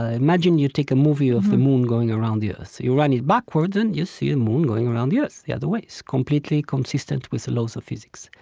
ah imagine you take a movie of the moon going around the earth. you run it backwards, and you see a moon going around the earth the other way. it's completely consistent with the laws of physics,